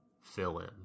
fill-in